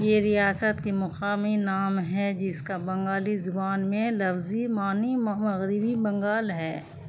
یہ ریاست کے مقامی نام ہیں جس کا بنگالی زبان میں لفظی معنی مغربی بنگال ہے